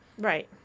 Right